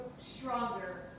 stronger